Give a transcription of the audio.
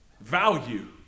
value